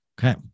Okay